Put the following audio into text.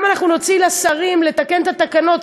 אנחנו נוציא גם לשרים לתקן את התקנות,